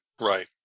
Right